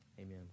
Amen